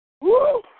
Woo